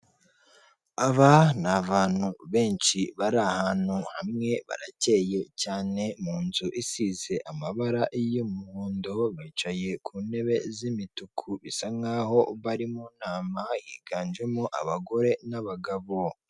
Aba ni abantu benshi bari ahantu hamwe barakeye cyane, mu nzu isize amabara y'umuhondo , bicaye ku ntebe z'imituku bisa nk'aho bari mu nama higanjemo abagore n'abagabo.